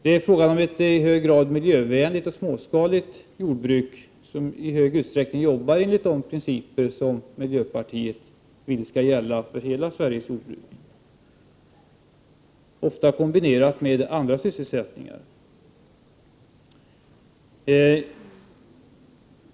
Det är fråga om ett i hög grad miljövänligt och småskaligt jordbruk, som i stor utsträckning jobbar enligt de principer som miljöpartiet vill skall gälla för hela Sveriges jordbruk. Jordbruket i Norrland är ofta kombinerat med andra sysselsättningar.